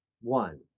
one